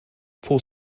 for